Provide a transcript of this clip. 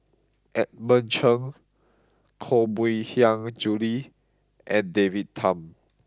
Edmund Cheng Koh Mui Hiang Julie and David Tham